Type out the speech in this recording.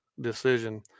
decision